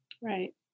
Right